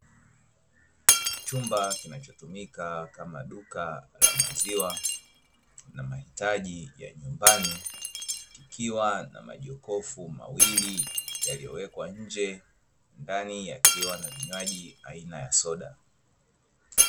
Chumba kinachotumika kama duka la maziwa na mahitaji ya nyumbani, kikiwa na majokofu mawili yaliyowekwa nje ndani yakiwa na vinywaji aina ya soda.